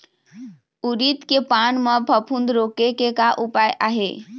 उरीद के पान म फफूंद रोके के का उपाय आहे?